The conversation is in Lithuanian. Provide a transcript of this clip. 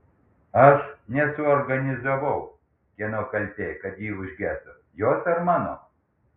aš nesuorganizavau kieno kaltė kad ji užgeso jos ar mano